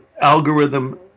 algorithm